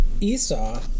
Esau